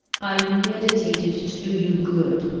i meditated to do you good.